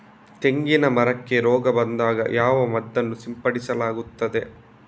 ತೆಂಗಿನ ಮರಕ್ಕೆ ರೋಗ ಬಂದಾಗ ಯಾವ ಮದ್ದನ್ನು ಸಿಂಪಡಿಸಲಾಗುತ್ತದೆ?